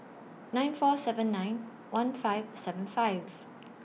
nine four seven nine one five seven five